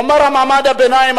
הוא אמר שמעמד הביניים,